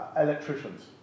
electricians